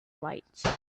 lights